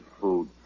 food